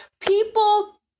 People